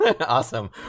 Awesome